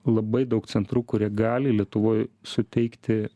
labai daug centrų kurie gali lietuvoj suteikti